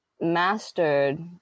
mastered